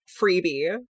freebie